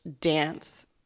dance